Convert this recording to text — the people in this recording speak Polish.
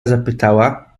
zapytała